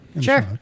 Sure